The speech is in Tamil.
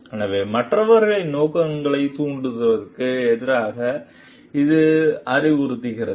எனவே மற்றவர்களின் நோக்கங்களைத் தூண்டுவதற்கு எதிராக இது அறிவுறுத்துகிறது